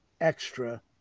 extra